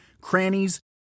crannies